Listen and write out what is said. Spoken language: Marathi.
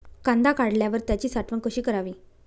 कांदा काढल्यावर त्याची साठवण कशी करावी?